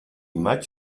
maig